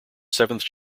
seventh